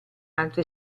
altre